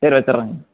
சரி வச்சுர்றேங்க